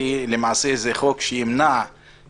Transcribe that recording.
יכול להיות מצב שבו שלושה אנשים שאומרים להם: תרווחו,